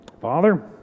Father